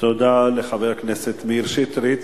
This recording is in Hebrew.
תודה לחבר הכנסת מאיר שטרית,